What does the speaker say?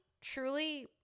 truly